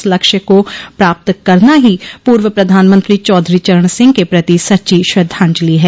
इस लक्ष्य को प्राप्त करना ही पूर्व प्रधानमंत्री चौधरी चरण सिंह के प्रति सच्ची श्रद्धाजंलि है